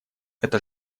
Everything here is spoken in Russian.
это